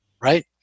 Right